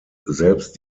selbst